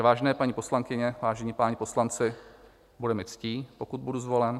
Vážené paní poslankyně, vážení páni poslanci, bude mi ctí, pokud budu zvolen.